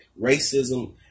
racism